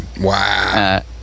Wow